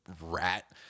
rat